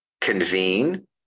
convene